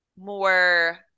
more